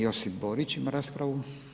Josip Borić ima raspravu.